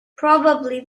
probably